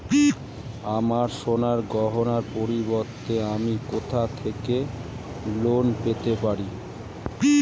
আমার সোনার গয়নার পরিবর্তে আমি কোথা থেকে লোন পেতে পারি?